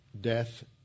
death